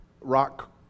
rock